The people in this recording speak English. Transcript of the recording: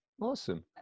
Awesome